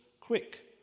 Quick